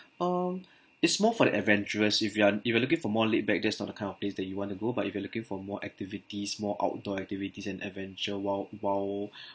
um it's more for the adventurous if you are if you are looking for more laid back that's not the kind of place that you want to go but if you're looking for more activities more outdoor activities and adventure wild wild